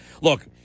Look